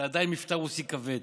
אתה עדיין עם מבטא רוסי כבד.